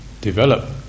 develop